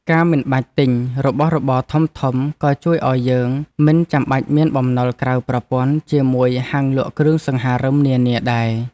ការមិនបាច់ទិញរបស់របរធំៗក៏ជួយឱ្យយើងមិនចាំបាច់មានបំណុលក្រៅប្រព័ន្ធជាមួយហាងលក់គ្រឿងសង្ហារិមនានាដែរ។